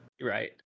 Right